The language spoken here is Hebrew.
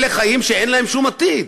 אלה חיים שאין להם שום עתיד.